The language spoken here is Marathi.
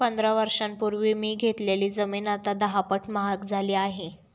पंधरा वर्षांपूर्वी मी घेतलेली जमीन आता दहापट महाग झाली आहे